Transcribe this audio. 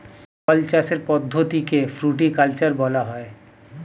ফল চাষের পদ্ধতিকে ফ্রুটিকালচার বলা হয়